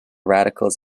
radicals